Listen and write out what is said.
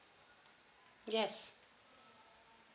yes